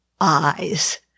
eyes